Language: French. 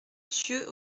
thieux